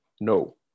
No